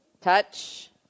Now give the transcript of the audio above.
Touch